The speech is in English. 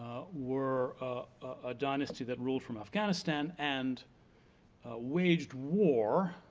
were a dynasty that ruled from afghanistan, and waged war,